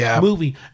movie